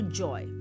joy